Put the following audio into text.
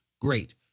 great